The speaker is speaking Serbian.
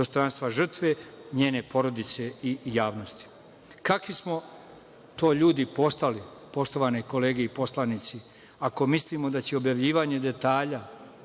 dostojanstva žrtve, njene porodice i javnosti. Kakvi smo to ljudi postali, poštovane kolege i poslanici, ako mislimo da će objavljivanje detalja